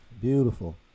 beautiful